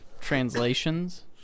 translations